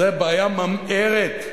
זה בעיה ממארת.